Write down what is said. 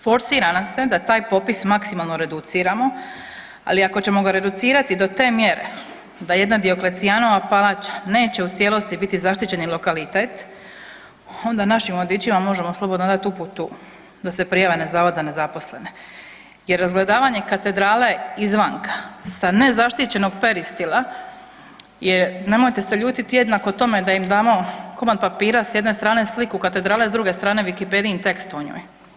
Forsira nas se da taj popis maksimalno reduciramo, ali ako ćemo ga reducirati do te mjere da jedna Dioklecianova palača neće u cijelosti biti zaštićeni lokalitet onda našim vodičima možemo slobodno dati uputu da se prijave na Zavod za nezaposlene, jer razgledavanje Katedrale iz vanka, sa nezaštićenog Peristila je, nemojte se ljutiti, jednako tome da im damo komad papira, s jedne strane sliku Katedrale, a s druge strane Wikipediin tekst o njoj.